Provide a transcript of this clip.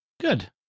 Good